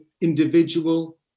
individual